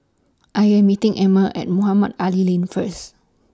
I Am meeting Amber At Mohamed Ali Lane First